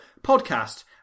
podcast